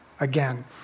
again